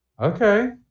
Okay